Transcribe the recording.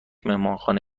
مهمانخانه